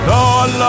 Lord